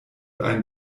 ein